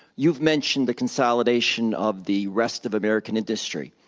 you've mentioned the consolidation of the rest of american industry.